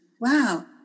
wow